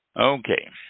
Okay